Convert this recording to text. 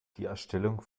erstellung